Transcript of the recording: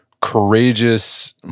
courageous